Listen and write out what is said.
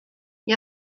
gli